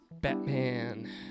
Batman